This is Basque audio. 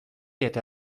eta